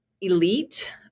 elite